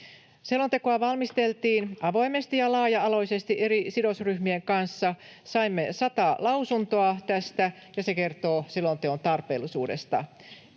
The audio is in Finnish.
Selontekoa valmisteltiin avoimesti ja laaja-alaisesti eri sidosryhmien kanssa. Saimme sata lausuntoa tästä, ja se kertoo selonteon tarpeellisuudesta.